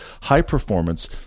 high-performance